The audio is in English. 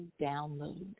download